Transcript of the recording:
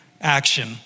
action